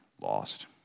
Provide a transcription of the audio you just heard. lost